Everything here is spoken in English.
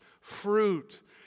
fruit